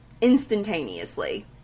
instantaneously